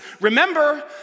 remember